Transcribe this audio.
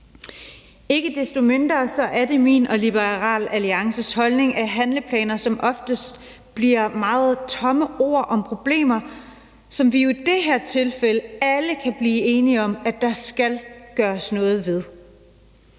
Ikke desto mindre er det min og Liberal Alliances holdning, at handleplaner som oftest bliver meget tomme ord om problemer, som vi alle jo i det her tilfælde kan blive enige om at der skal gøres noget ved.